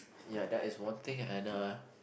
ya that is one thing and a